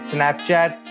Snapchat